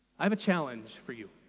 i have a challenge for you.